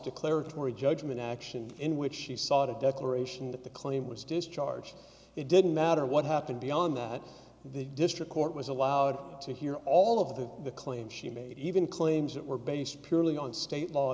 declaratory judgment action in which she sought a declaration that the claim was discharged it didn't matter what happened beyond that the district court was allowed to hear all of that the claims she made even claims that were based purely on state law